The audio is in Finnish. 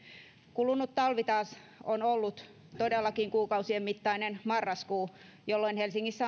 kulunut talvi taas on ollut todellakin kuukausien mittainen marraskuu jolloin helsingissä